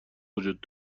وجود